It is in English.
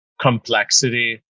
complexity